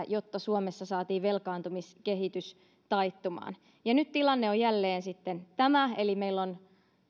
jotta suomessa saatiin velkaantumiskehitys taittumaan ja nyt tilanne on jälleen sitten tämä eli meillä on